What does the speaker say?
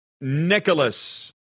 Nicholas